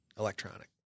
Electronic